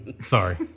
Sorry